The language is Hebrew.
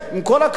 עם כל הכבוד,